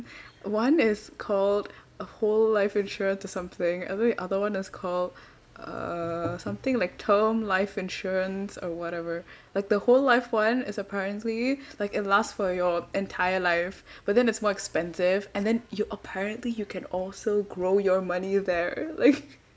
one is called a whole life insurance or something and then the other one is called uh something like term life insurance or whatever like the whole life one is apparently like it last for your entire life but then it's more expensive and then you apparently you can also grow your money there like